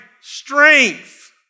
strength